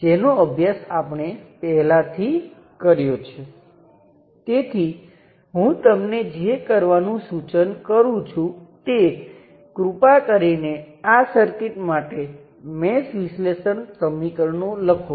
જો હું આને ટર્મિનલ 1 અને 2 તરીકે નંબર આપું હું આ નોડને નોડ નંબર 2 પર શોર્ટ કરું છું આ સર્કિટનો બીજો ટર્મિનલ છે